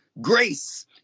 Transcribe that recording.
grace